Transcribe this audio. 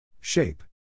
Shape